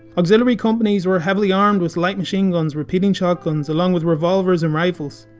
auxiliary companies were heavily armed with light machine guns, repeating shotguns, along with revolvers and rifles.